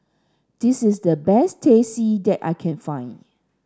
this is the best Teh C that I can find